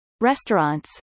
restaurants